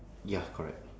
ya correct